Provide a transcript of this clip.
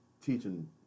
teaching